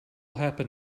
happen